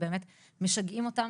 ובאמת משגעים אותם,